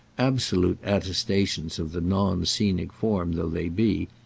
absolute attestations of the non-scenic form though they be,